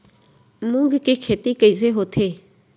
मूंग के खेती कइसे होथे?